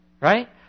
Right